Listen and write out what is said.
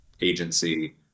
agency